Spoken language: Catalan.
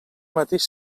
mateix